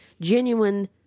genuine